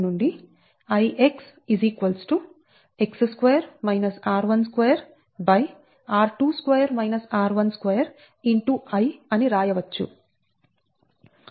I అని రాయవచ్చు